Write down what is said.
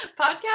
podcast